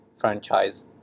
franchise